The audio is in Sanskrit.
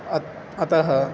अतः अतः